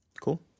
Cool